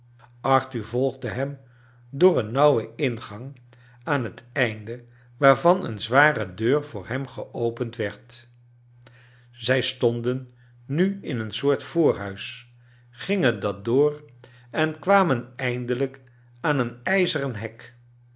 arthur volgde hem door een nauwen ingang aan het einde waarvan j een zware deur voor hem geopend werd zij stonden nu in een soort voorhuis gingen dat door en kwa i men eindelijk aan een ijzeren hek